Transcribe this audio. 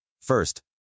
First